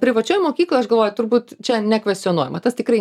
privačioj mokykloj aš galvoju turbūt čia nekvestionuojama tas tikrai